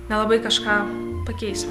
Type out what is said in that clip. nelabai kažką pakeisim